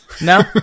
No